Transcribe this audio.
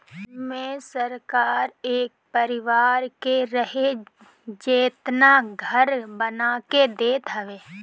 एमे सरकार एक परिवार के रहे जेतना घर बना के देत हवे